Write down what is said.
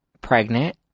Pregnant